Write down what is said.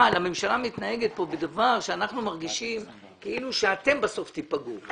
אבל הממשלה מתנהגת כאן בדבר שאנחנו מרגישים כאילו אתם בסוף תיפגעו.